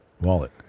wallet